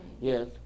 Yes